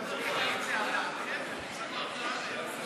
האם זה על דעתכם?